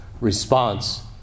response